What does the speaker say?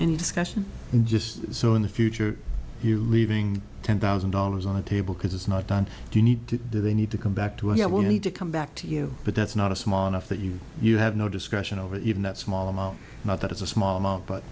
any discussion and just so in the future you leaving ten thousand dollars on the table because it's not done you need to do they need to come back to here will need to come back to you but that's not a small enough that you you have no discretion over even that small amount not that it's a small amount but